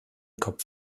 kopf